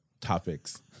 topics